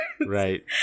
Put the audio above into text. Right